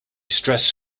stressed